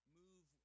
move